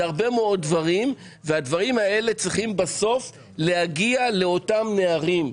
זה הרבה מאוד דברים והדברים האלה צריכים בסוף להגיע לאותם נערים,